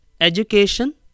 education